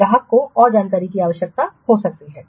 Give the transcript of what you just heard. तो ग्राहक को और जानकारी की आवश्यकता हो सकती है